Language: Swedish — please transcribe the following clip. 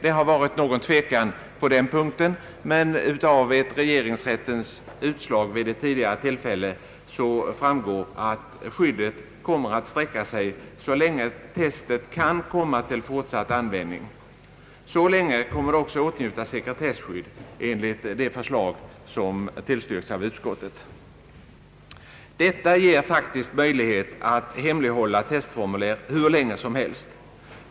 Det har varit någon tvekan på den punkten, men av ett regeringsrättsutslag vid ett tidigare tillfälle framgår, att skyddet kommer att sträcka sig till hela den tid då testet kan komma till fortsatt användning. Detta ger faktiskt möjlighet att hemlighålla testformulär hur länge som helst.